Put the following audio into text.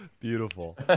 beautiful